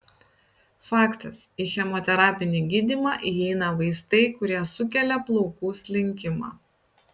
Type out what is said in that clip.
faktas į chemoterapinį gydymą įeina vaistai kurie sukelia plaukų slinkimą